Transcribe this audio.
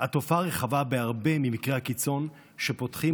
התופעה רחבה בהרבה ממקרי הקיצון שפותחים